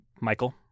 Michael